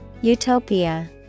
Utopia